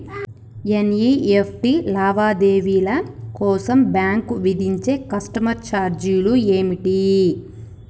NEFT లావాదేవీల కోసం bank విధించే కస్టమర్ ఛార్జీలు ఏమిటి?